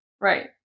Right